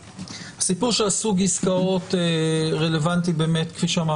הסיפור של סוג עסקאות רלבנטי באמת כפי שאמר